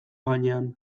gainean